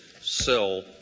sell